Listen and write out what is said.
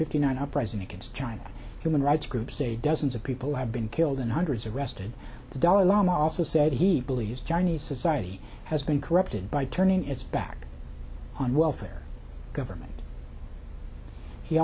fifty nine uprising against china human rights groups say dozens of people have been killed and hundreds arrested the dalai lama also said he believes chinese society has been corrupted by turning its back on welfare government he